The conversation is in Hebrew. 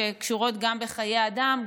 שקשורות גם בחיי אדם,